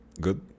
good